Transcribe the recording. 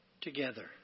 Together